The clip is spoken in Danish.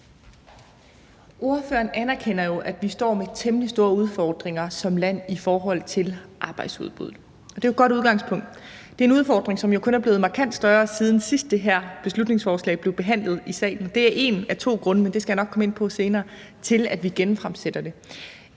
Ordføreren anerkender jo, at vi står med temmelig store udfordringer som land i forhold til arbejdsudbud. Og det er jo et godt udgangspunkt. Det er en udfordring, som kun er blevet markant større, siden sidst det her beslutningsforslag blev behandlet i salen. Det er en af to grunde til – og det skal jeg nok komme ind på senere – at vi genfremsætter det.